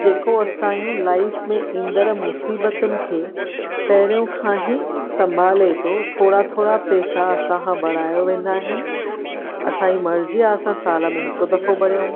जेको असांजो लाइफ में ईंदड़ु मुसिबतुनि खे पहिरो खां ई सभाले थो थोरा थोरा पैसा असां बॾाए वेंदा आहिनि असांजी मर्जी आहे असां सालु में हिकु दफ़ो भरियूं